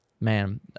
man